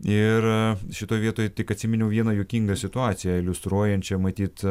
ir šitoj vietoj tik atsiminiau vieną juokingą situaciją iliustruojančią matyt